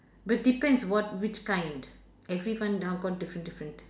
but depends what which kind everyone now got different different